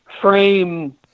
frame